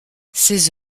ses